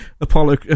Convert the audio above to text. Apollo